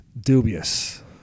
Dubious